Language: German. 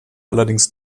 allerdings